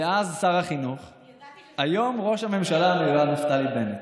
שר החינוך דאז והיום ראש הממשלה המיועד נפתלי בנט.